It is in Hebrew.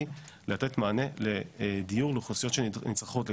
לתת מענה לאוכלוסיות שנצרכות לכך.